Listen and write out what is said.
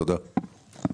תודה.